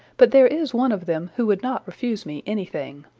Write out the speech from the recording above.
but there is one of them who would not refuse me anything.